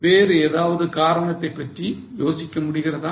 வேறு ஏதாவது காரணத்தைப் பற்றி யோசிக்க முடியுதா